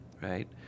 right